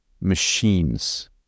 machines